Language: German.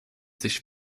sich